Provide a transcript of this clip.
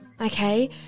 okay